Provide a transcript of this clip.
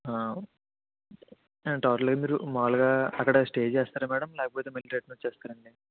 టోటల్గా మీరు మాములుగా అక్కడ స్టే చేస్తారా మేడం లేకపోతే మళ్ళీ రిటర్న్ వచ్చేస్తారా అండి